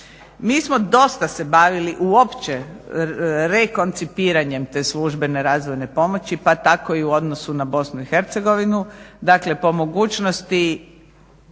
Mi smo dosta se bavili uopće rekoncipiranjem te službene razvojne pomoći, pa tako i u odnosu na Bosnu i Hercegovinu. Dakle, po mogućnosti